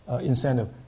incentive